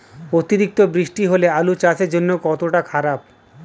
অতিরিক্ত বৃষ্টি হলে আলু চাষের জন্য কতটা খারাপ?